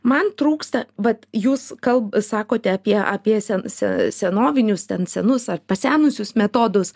man trūksta vat jūs kal sakote apie apie se senovinius ten senus ar pasenusius metodus